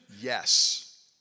Yes